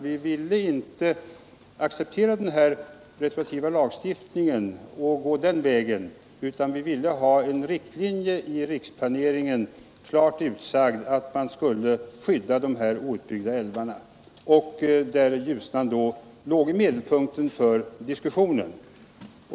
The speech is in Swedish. Vi ville inte acceptera den retroaktiva lagstiftningen utan ville i riksplaneringen ha en klart uttryckt riktlinje att de outbyggda älvarna skulle skyddas. Ljusnan var då medelpunkten i diskussionen.